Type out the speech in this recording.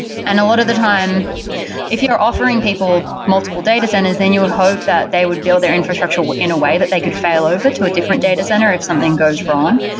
and a lot of the time if you are offering people multiple data centers, then you'll hope that they would build their infrastructure in a way that they could fail over to a different data center if something goes wrong,